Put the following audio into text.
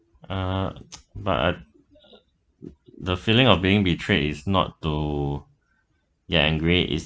uh but uh the feeling of being betrayed is not to get angry it's